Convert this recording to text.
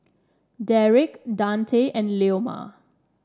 Derick Dante and Leoma